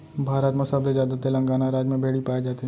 भारत म सबले जादा तेलंगाना राज म भेड़ी पाए जाथे